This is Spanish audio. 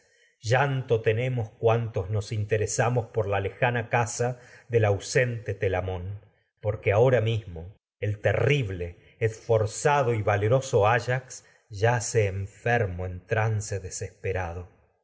llanto tenemos por tos nos interesamos la lejana casa del ausente te y va lamón porque ahora mismo el terrible esforzado leroso ayax yace enfermo en trance desesperado